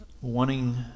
wanting